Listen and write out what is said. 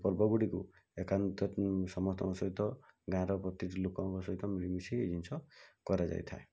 ପର୍ବଗୁଡିକୁ ଏକାନ୍ତ ସମସ୍ତଙ୍କ ସହିତ ଗାଁର ପ୍ରତିଟି ଲୋକଙ୍କ ସହିତ ମିଳିମିଶି ଏହି ଜିନିଷ କରାଯାଇଥାଏ